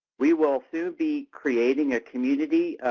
we will soon be creating a community